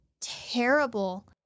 terrible